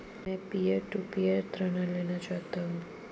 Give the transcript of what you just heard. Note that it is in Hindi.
मैं पीयर टू पीयर ऋण लेना चाहता हूँ